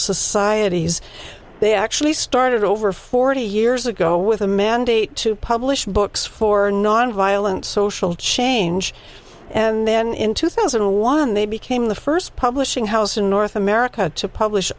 societies they actually started over forty years ago with a mandate to publish books for nonviolent social change and then in two thousand and one they became the first publishing house in north america to publish